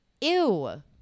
ew